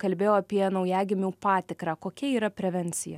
kalbėjo apie naujagimių patikrą kokia yra prevencija